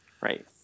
Right